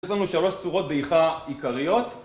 יש לנו שלושה צורות דעיכה עיקריות